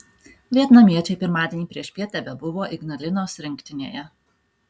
vietnamiečiai pirmadienį priešpiet tebebuvo ignalinos rinktinėje